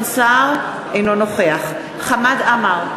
אינו נוכח חמד עמאר,